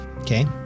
okay